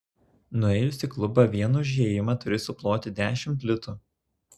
nuėjus į klubą vien už įėjimą turi suploti dešimt litų